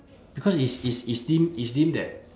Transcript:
because it's it's it's deemed it's deemed that